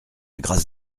grâce